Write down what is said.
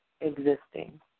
existing